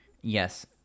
Yes